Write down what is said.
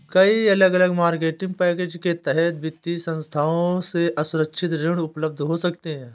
कई अलग अलग मार्केटिंग पैकेज के तहत वित्तीय संस्थानों से असुरक्षित ऋण उपलब्ध हो सकते हैं